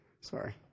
Sorry